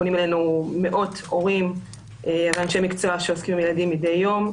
פונים אלינו מאות הורים ואנשי מקצוע שעוסקים עם ילדים מדי יום.